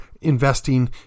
investing